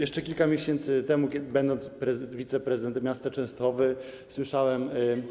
Jeszcze kilka miesięcy temu, będąc wiceprezydentem miasta Częstochowa, słyszałem.